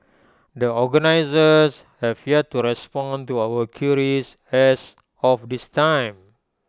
the organisers have yet to respond to our queries as of this time